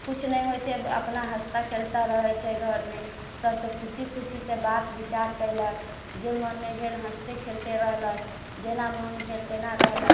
किछु नहि होइत छै अपना हँसता खेलता रहैत छै घरमे सभ से खुशी खुशी से बात विचार कयलक जे मनमे भेल हँसते खेलते रहलक जेना मन भेल तेना रहलक